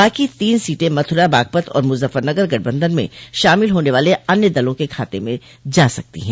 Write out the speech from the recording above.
बाकी तीन सीटें मथुरा बागपत और मुजफ्फरनगर गठबंधन में शामिल होने वाले अन्य दलों के खाते में जा सकती है